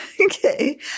Okay